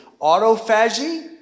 Autophagy